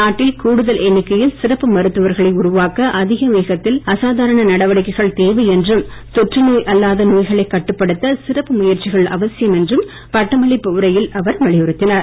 நாட்டில் கூடுதல் எண்ணிக்கையில் சிறப்பு மருத்துவர்களை உருவாக்க அதிக வேகத்தில் அசாதாரண நடவடிக்கைகள் தேவை என்றும் தொற்று நோய் அல்லாத நோய்களை கட்டுப்படுத்த சிறப்பு முயற்சிகள் அவசியம் என்றும் பட்டமளிப்பு உரையில் அவர் வலியுறுத்தினார்